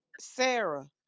Sarah